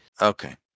Okay